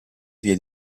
via